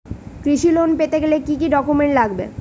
কৃষি লোন পেতে গেলে কি কি ডকুমেন্ট লাগবে?